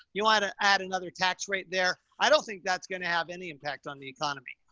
you want to add another tax rate there. i don't think that's going to have any impact on the economy,